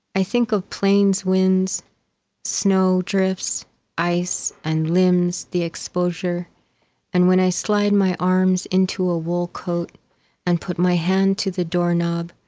i think of plains winds snowdrifts ice and limbs the exposure and when i slide my arms into a wool coat and put my hand to the doorknob,